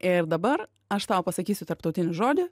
ir dabar aš tau pasakysiu tarptautinį žodį